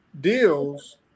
deals